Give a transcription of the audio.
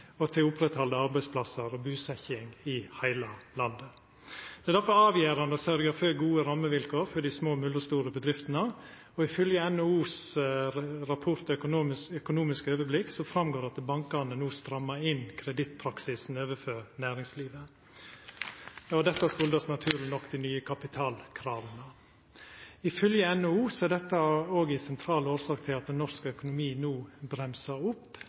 og til å oppretthalda arbeidsplassar og busetjing i heile landet. Det er derfor avgjerande å sørgja for gode rammevilkår for dei små og mellomstore bedriftene, og ifylgje NHOs rapport Økonomisk overblikk går det fram at bankane no strammar inn kredittpraksisen overfor næringslivet. Dette kjem naturleg nok av dei nye kapitalkrava. Ifylgje NHO er dette òg ei sentral årsak til at norsk økonomi no bremsar opp,